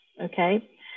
okay